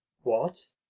what?